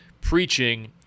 preaching –